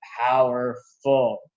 powerful